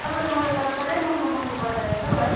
तपाईँकोमा त तर साह्रै महँगो महँगो गर्दोरहेछ हौ है